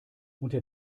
unter